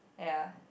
ya